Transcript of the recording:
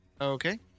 Okay